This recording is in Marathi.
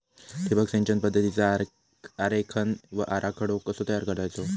ठिबक सिंचन पद्धतीचा आरेखन व आराखडो कसो तयार करायचो?